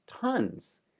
tons